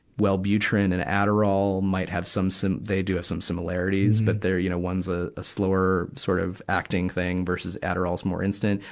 wellbutrin and adderall might have some sim, they do have some similarities, but they're, you know, one's a, a slower sort of acting thing versus adderall's more instant.